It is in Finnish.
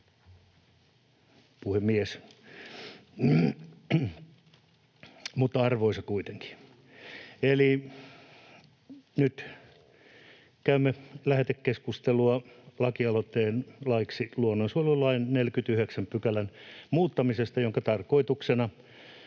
Puhemies, mutta arvoisa kuitenkin. Nyt käymme lähetekeskustelua lakialoitteesta laiksi luonnonsuojelulain 49 §:n muuttamisesta, jonka tarkoituksena